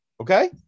okay